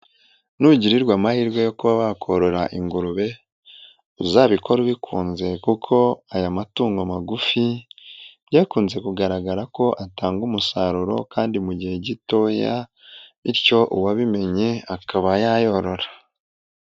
Nugirirwa amahirwe yo kuba wakorora ingurube, uzabikore ubikunze kuko aya matungo magufi byakunze kugaragara ko atanga umusaruro kandi mu gihe gitoya bityo uwabimenye akaba yayorora.